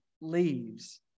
leaves